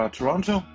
Toronto